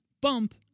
bump